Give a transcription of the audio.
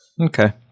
Okay